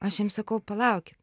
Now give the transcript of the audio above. aš jiem sakau palaukit